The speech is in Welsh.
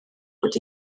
bod